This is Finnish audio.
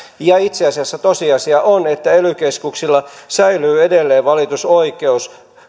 itse asiassa tosiasia on että ely keskuksilla säilyy edelleen valitusoikeus